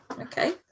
Okay